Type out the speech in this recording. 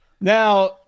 Now